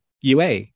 UA